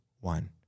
one